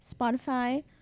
Spotify